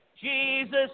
Jesus